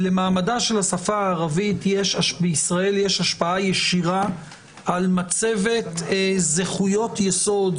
למעמדה של השפה הערבית בישראל יש השפעה ישירה על מצבת זכויות יסוד,